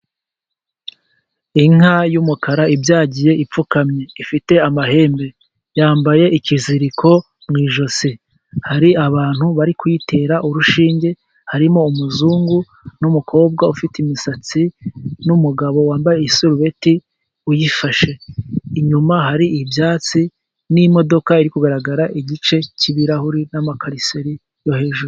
Inka y'umukara ibyagiye, ipfukamye, ifite amahembe, yambaye ikiziriko mu ijosi. Hari abantu bari kuyitera urushinge, harimo umuzungu n'umukobwa ufite imisatsi, n'umugabo wambaye i sarubeti uyifashe. Inyuma hari ibyatsi n'imodoka iri kugaragara igice cy'ibirahuri, n'amakarisori yo hejuru.